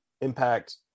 impact